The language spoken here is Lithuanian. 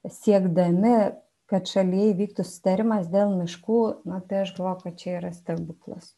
siekdami kad šalyje įvyktų susitarimas dėl miškų na tai aš galvoju kad čia yra stebuklas